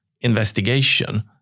investigation